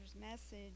message